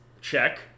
Check